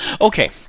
Okay